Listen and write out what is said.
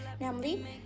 namely